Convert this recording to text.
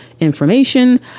information